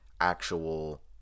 actual